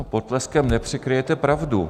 Potleskem nepřikryjete pravdu.